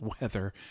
weather